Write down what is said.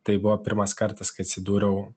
tai buvo pirmas kartas kai atsidūriau